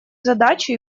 задачу